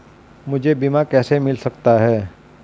मुझे बीमा कैसे मिल सकता है?